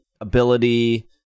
ability